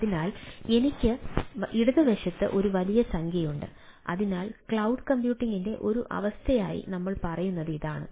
അതിനാൽ എനിക്ക് ഇടതുവശത്ത് ഒരു വലിയ സംഖ്യയുണ്ട്